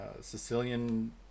Sicilian